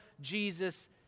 Jesus